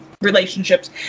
relationships